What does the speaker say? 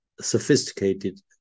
sophisticated